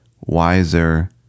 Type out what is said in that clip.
wiser